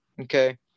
okay